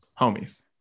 homies